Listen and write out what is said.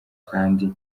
kandi